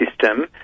system